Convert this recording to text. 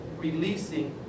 releasing